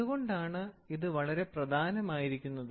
എന്തുകൊണ്ടാണ് ഇത് വളരെ പ്രധാനമായിരിക്കുന്നത്